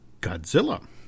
Godzilla